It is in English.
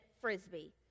Frisbee